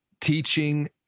teaching